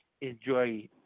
enjoy